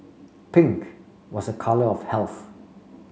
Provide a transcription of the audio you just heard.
pink was a colour of health